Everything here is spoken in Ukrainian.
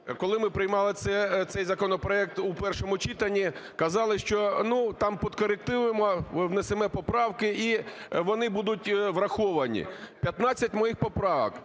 Коли ми приймали цей законопроект у першому читанні, казали, що там підкоректуємо, внесемо поправки і вони будуть враховані. П'ятнадцять моїх поправок,